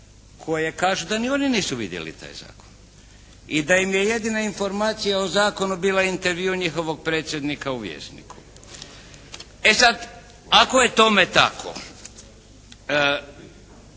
koje kažu da ni one nisu vidjele taj zakon i da im je jedina informacija o zakonu bila intervju njihovog predsjednika u “Vjesniku“. E sad, ako je tome tako,